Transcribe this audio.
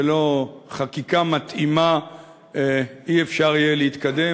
בלא חקיקה מתאימה לא יהיה אפשר להתקדם